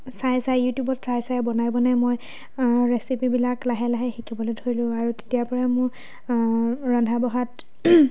চাই চাই ইউটিউবত চাই চাই বনাই বনাই মই ৰেচিপিবিলাক লাহে লাহে শিকিবলৈ ধৰিলোঁ আৰু তেতিয়াৰ পৰাই মই ৰন্ধা বঢ়াত